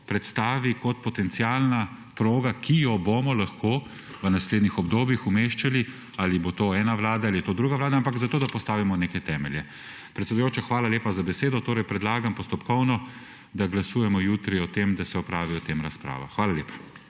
predstavi kot potencialno progo, ki jo bomo lahko v naslednjih obdobjih umeščali, ali bo to ena vlada ali je to druga vlada, ampak zato, da postavimo neke temelje. Predsedujoči, hvala lepa za besedo. Torej postopkovno predlagam, da glasujemo jutri o tem, da se opravi o tem razprava. Hvala lepa.